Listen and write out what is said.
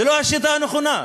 זו לא השיטה הנכונה.